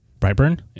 Brightburn